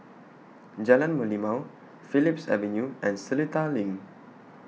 Jalan Merlimau Phillips Avenue and Seletar LINK